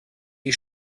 die